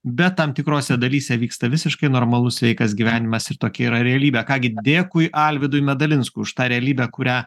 bet tam tikrose dalyse vyksta visiškai normalus sveikas gyvenimas ir tokia yra realybė ką gi dėkui alvydui medalinskui už tą realybę kurią